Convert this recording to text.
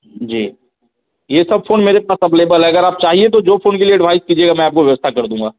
जी यह सब फ़ोन मेरे पास अबलेबल हैं अगर आप चाहिए तो जो फ़ोन के लिए एडवाइस कीजिएगा मैं आपको व्यवस्था कर